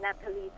Natalie